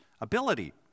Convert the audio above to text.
ability